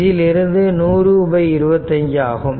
இதிலிருந்து இது 10025 ஆகும்